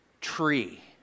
tree